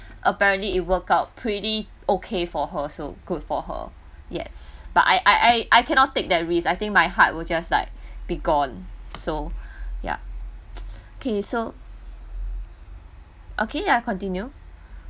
apparently it worked out pretty okay for her so good for her yes but I I I I cannot take that risk I think my heart will just like be gone so yeah okay so okay ya continue